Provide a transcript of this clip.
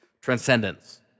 transcendence